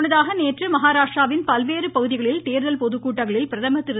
முன்னதாக நேற்று மகாராஷ்ட்ராவின் பல்வேறு பகுதிகளில் தேர்தல் பொதுக்கூட்டங்களில் பிரதமர் திரு